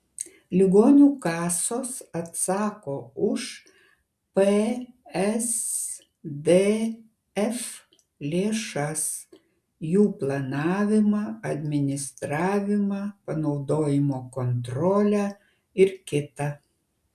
ligonių kasos atsako už psdf lėšas jų planavimą administravimą panaudojimo kontrolę ir kita